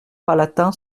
palatin